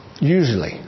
Usually